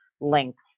links